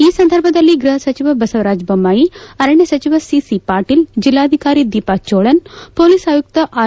ಈ ಸಂದರ್ಭದಲ್ಲಿ ಗೃಹ ಸಚಿವ ಬಸವರಾಜ ಬೊಮ್ನಾಯಿ ಅರಣ್ಯ ಸಚಿವ ಓಸಿಪಾಟೀಲ ಜಿಲ್ಲಾಧಿಕಾರಿ ದೀಪಾ ಚೋಳನ್ ಪೊಲೀಸ್ ಆಯುಕ್ತ ಆರ್